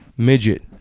Midget